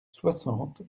soixante